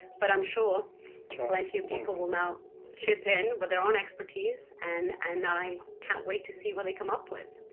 but i'm sure plenty of people will now chip in with their own expertise, and and i can't wait to see what they come up with.